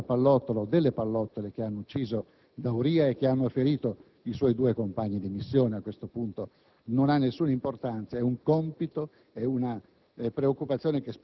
il nome e il cognome della pallottola o delle pallottole che hanno ucciso il maresciallo D'Auria e che hanno ferito i suoi due compagni di missione. A questo punto non ha alcuna importanza. È un compito, è una